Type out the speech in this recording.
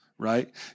right